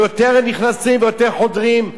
הם יותר נכנסים ויותר חודרים.